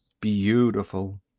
Beautiful